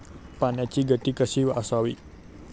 पाण्याची गती कशी असावी?